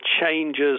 changes